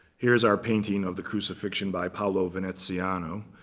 here's our painting of the crucifixion by paolo veneziano.